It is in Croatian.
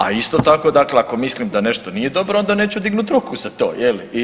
A isto tako dakle ako mislim da nešto nije dobro, onda neću dignuti ruku za to, je li?